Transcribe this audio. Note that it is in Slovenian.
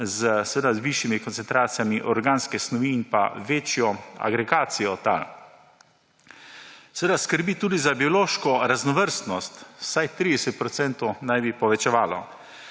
seveda z višjimi koncentracijami organske snovi in večjo agregacijo tal. Seveda skrbi tudi za biološko raznovrstnost, za vsaj 30 % naj bi jo povečevalo.